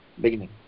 beginning